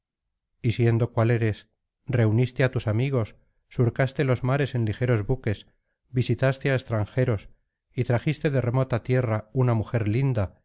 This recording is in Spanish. siendo cual eres reuniste á tus amigos surcaste los mares en ligeros buques visitaste á extranjeros y trajiste de remota tierra una mujer linda